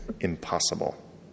Impossible